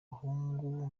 bahungu